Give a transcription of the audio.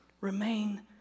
remain